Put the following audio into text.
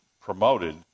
promoted